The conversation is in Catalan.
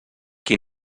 qui